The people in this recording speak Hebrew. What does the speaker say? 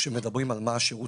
כשמדברים על מה השירות